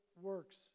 works